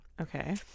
Okay